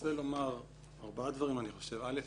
רוצה לומר ארבעה דברים: א.